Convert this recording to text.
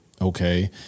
okay